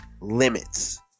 limits